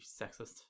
sexist